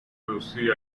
reducir